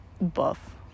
Buff